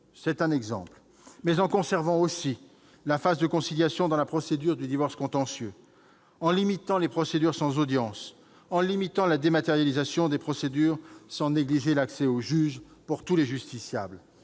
Nous avons également conservé la phase de conciliation dans la procédure de divorce contentieux, limité les procédures sans audience ainsi que la dématérialisation des procédures, sans négliger l'accès au juge pour tous les justiciables.